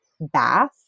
bath